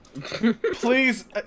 Please